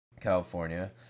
California